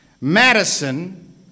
Madison